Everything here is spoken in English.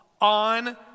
on